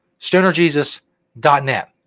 StonerJesus.net